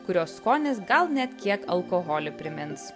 kurios skonis gal net kiek alkoholį primins